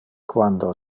quando